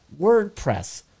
WordPress